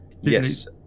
yes